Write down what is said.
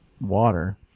water